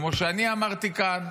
כמו שאני אמרתי כאן